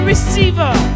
Receiver